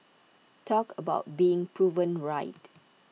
talk about being proven right